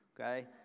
okay